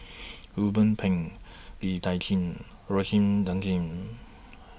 Ruben Pang Lee Tjin